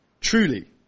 Truly